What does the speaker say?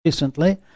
recently